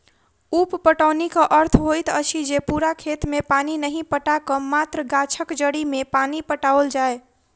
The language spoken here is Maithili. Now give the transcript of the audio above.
उप पटौनीक अर्थ होइत अछि जे पूरा खेत मे पानि नहि पटा क मात्र गाछक जड़ि मे पानि पटाओल जाय